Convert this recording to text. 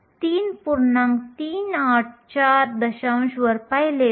हे शब्दात मांडण्यासाठी त्याना gCB f dE असे म्हणूया